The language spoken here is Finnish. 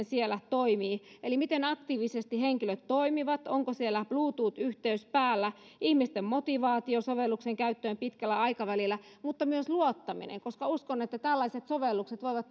siellä toimii eli miten aktiivisesti henkilöt toimivat onko siellä bluetooth yhteys päällä ihmisten motivaatio sovelluksen käyttöön pitkällä aikavälillä mutta myös luottaminen koska uskon että tällaiset sovellukset voivat